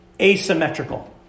asymmetrical